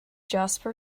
jasper